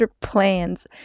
plans